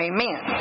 Amen